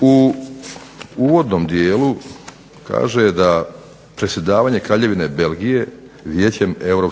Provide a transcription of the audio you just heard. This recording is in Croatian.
U uvodnom dijelu kaže da predsjedavanje Kraljevine Belgije Vijećem EU